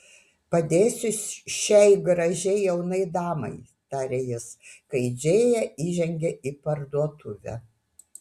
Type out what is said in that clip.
padėsiu šiai gražiai jaunai damai tarė jis kai džėja įžengė į parduotuvę